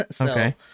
Okay